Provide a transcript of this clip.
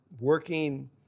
working